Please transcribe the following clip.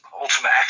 Ultimate